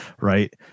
Right